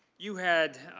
you had,